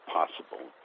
possible